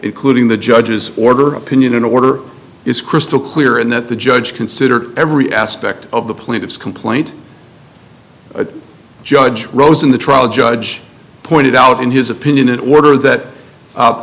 including the judge's order opinion in order is crystal clear and that the judge considered every aspect of the plaintiff's complaint judge rosen the trial judge pointed out in his opinion an order that u